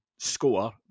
score